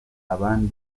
abandi